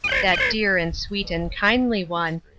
that dear and sweet and kindly one,